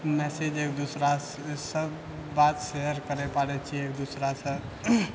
message एक दोसरासँ बात शेयर करै पारै छियै एक दोसरासँ